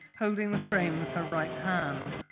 holding the frame with her right hand.